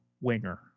Winger